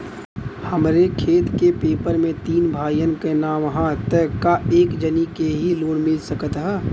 हमरे खेत के पेपर मे तीन भाइयन क नाम ह त का एक जानी के ही लोन मिल सकत ह?